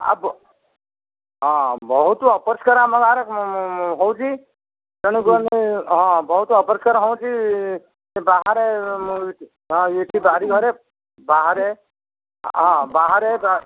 ଆବ ହଁ ବହୁତ ଅପରିଷ୍କାର ଆମ ଗାଁରେ ହେଉଛି ତେଣୁ ଆମେ ହଁ ବହୁତ ଅପରିଷ୍କାର ହେଉଛି ବାହାରେ ଏଇଠି ବାରି ଘରେ ବାହାରେ ହଁ ବାହାରେ